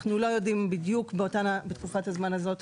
אנחנו לא יודעים בדיוק כמה כתבי אישום יש בתקופת הזמן הזו,